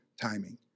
timing